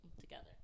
together